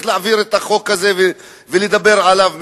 להעביר את החוק הזה ולדבר עליו מחדש,